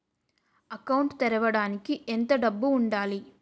Account తెరవడానికి ఎంత డబ్బు ఉండాలి?